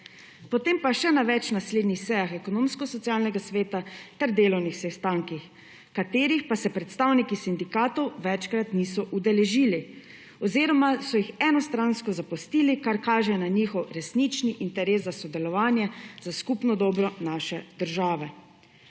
potem pa še na več naslednjih sejah Ekonomsko-socialnega sveta ter delovnih sestankih, katerih pa se predstavniki sindikatov večkrat niso udeležili oziroma so jih enostransko zapustili, kar kaže na njihov resnični interes za sodelovanje, za skupno dobro naše države.